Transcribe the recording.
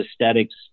aesthetics